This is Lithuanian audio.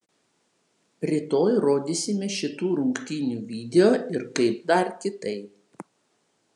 rytoj rodysime šitų rungtynių video ir kaip dar kitaip